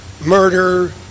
murder